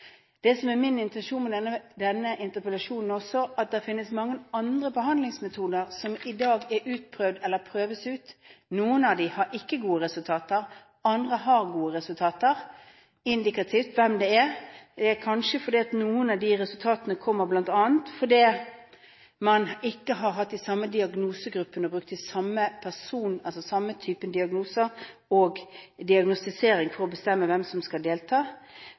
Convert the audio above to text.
Det som er min intensjon med denne interpellasjonen også, er at det finnes mange andre behandlingsmetoder som i dag er utprøvd eller prøves ut. Noen av dem har ikke gode resultater, andre har gode resultater – indikativt hvem det er. Det er kanskje fordi noen av resultatene kommer bl.a. av at man ikke har hatt de samme diagnosegruppene og brukt den samme typen diagnose og diagnostisering for å bestemme hvem som skal delta.